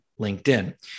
LinkedIn